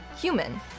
human